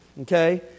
Okay